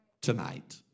tonight